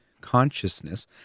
consciousness